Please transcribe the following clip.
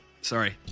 Sorry